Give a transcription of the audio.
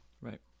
Right